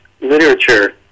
literature